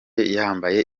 yambaye